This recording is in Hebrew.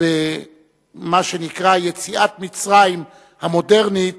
במה שנקרא: יציאת מצרים המודרנית.